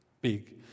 big